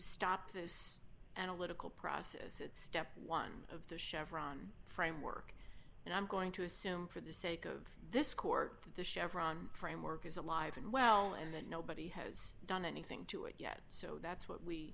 stop this analytical process at step one of the chevron framework and i'm going to assume for the sake of this court that the chevron framework is alive and well and that nobody has done anything to it yet so that's what we